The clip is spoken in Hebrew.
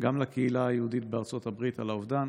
גם לקהילה היהודית בארצות הברית על האובדן